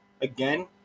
again